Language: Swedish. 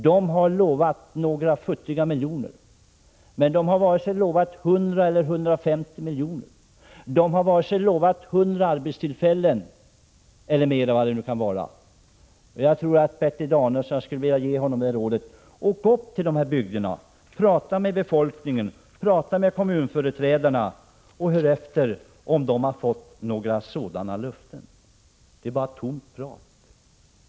De har lovat några futtiga miljoner, men de har varken lovat 100 eller 150 miljoner, de har varken lovat 100 eller fler arbetstillfällen. Jag skulle vilja ge Bertil Danielsson rådet att åka till dessa bygder, tala med befolkningen och med kommunföreträdarna för att höra om de har fått några sådana löften. Det är bara tomt prat.